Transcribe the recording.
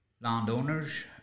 landowners